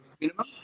minimum